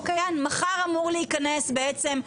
מחר אמור להיכנס בעצם,